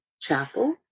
Chapel